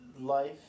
life